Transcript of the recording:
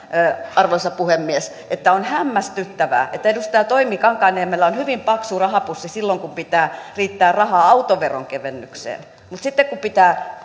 arvoisa puhemies että on hämmästyttävää että edustaja toimi kankaanniemellä on hyvin paksu rahapussi silloin kun pitää riittää rahaa autoveron kevennykseen mutta sitten kun pitää